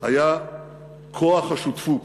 היה כוח השותפות,